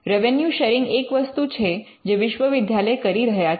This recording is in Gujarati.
રેવન્યૂ શૅરિંગ એક વસ્તુ છે જે વિશ્વવિદ્યાલય કરી રહ્યા છે